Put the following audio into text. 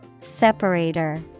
Separator